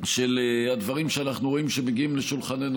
של הדברים שאנחנו רואים שמגיעים לשולחננו,